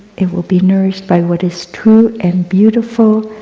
it will be nourished by what is true, and beautiful,